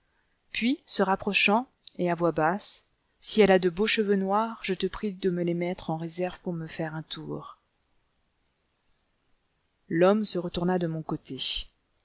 puis se rapprochant et à voix basse si elle a de beaux cheveux noirs je te prie de me les mettre en réserve pour me faire un tour l'homme se retourna de mon côté